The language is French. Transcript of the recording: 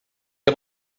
est